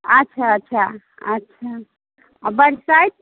अच्छा अच्छा अच्छा आ बरसाइत